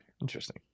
interesting